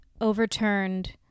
overturned